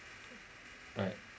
right